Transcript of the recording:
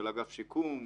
של אגף שיקום,